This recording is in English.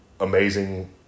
Amazing